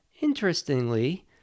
Interestingly